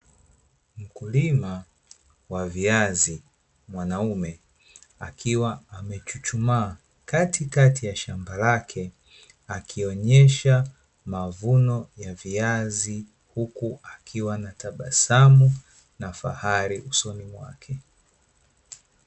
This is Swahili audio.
Mkulima wa viazi mwanaume, akiwa amechuchumaa kati kati ya shamba lake akionesha mavuno ya viazi, huku akiwa na tabasamu na fahari usoni mwake.